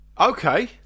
Okay